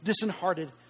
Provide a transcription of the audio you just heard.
disheartened